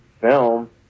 film